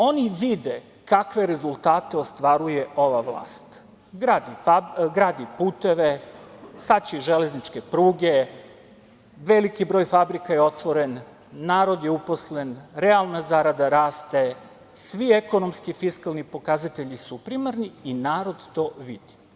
Oni vide kakve rezultate ostvaruje ova vlast - gradi puteve, sad će i železničke pruge, veliki broj fabrika je otvoren, narod je uposlen, realna zarada raste, svi ekonomski i fiskalni pokazatelji su primarni i narod to vidi.